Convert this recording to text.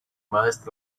must